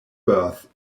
birth